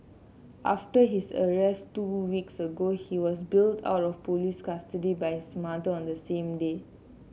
after his arrest two weeks ago he was bailed out of police custody by his mother on the same day